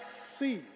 see